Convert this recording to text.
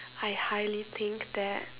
I highly think that